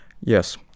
Yes